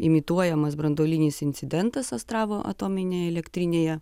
imituojamas branduolinis incidentas astravo atominėje elektrinėje